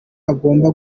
agomba